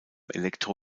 elektro